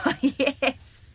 yes